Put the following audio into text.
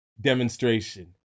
demonstration